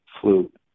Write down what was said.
flute